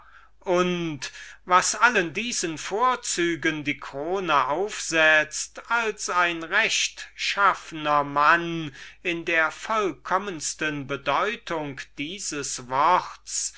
und was allen diesen vorzügen die krone aufsetzt als ein rechtschaffener mann in der vollkommensten bedeutung dieses worts